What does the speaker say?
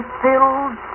filled